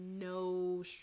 No